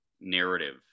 narrative